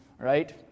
right